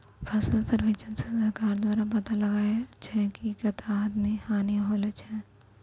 फसल सर्वेक्षण से सरकार द्वारा पाता लगाय छै कि कत्ता हानि होलो छै